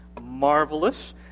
marvelous